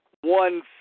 One